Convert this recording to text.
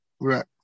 Right